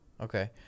Okay